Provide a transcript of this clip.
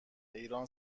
ایران